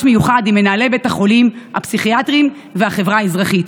מיוחד עם מנהלי בתי החולים הפסיכיאטריים והחברה האזרחית.